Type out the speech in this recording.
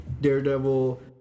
Daredevil